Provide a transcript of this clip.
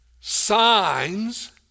signs